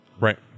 right